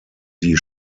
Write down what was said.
die